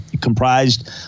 comprised